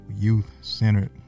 youth-centered